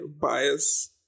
bias